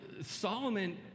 Solomon